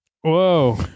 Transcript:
Whoa